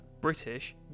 British